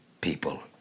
people